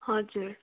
हजुर